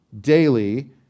daily